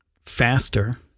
faster